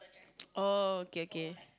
oh okay okay